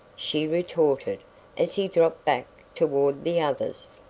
she retorted as he dropped back toward the others.